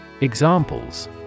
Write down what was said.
Examples